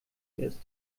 ist